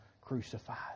crucified